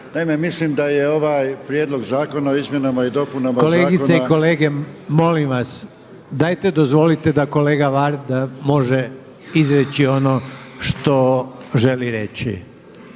mislim da je ovaj Prijedlog zakona o izmjenama i dopunama Zakona … …/Upadica Reiner: Kolegice i kolege, molim vas, dajte dozvolite da kolega Varda može izreći ono što želi reći./…